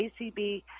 ACB